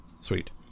Sweet